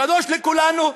קדוש לכולנו,